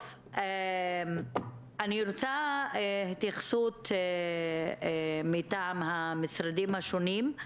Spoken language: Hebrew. אני רוצה התייחסות מטעם המשרדים השונים.